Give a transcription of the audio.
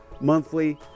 monthly